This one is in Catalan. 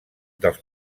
dels